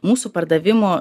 mūsų pardavimų